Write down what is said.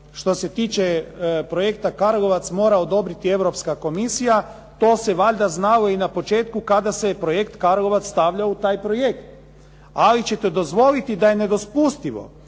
što se tiče projekta "Karlovac" mora odobriti Europska komisija. To se valjda znalo i na početku kada se projekt "Karlovac" stavljao u taj projekt. Ali ćete dozvoliti da je nedopustivo